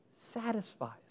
satisfies